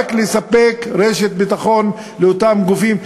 רק לספק רשת ביטחון לאותם גופים.